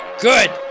Good